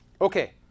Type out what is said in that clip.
Okay